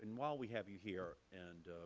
while we have you here and